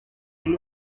kuri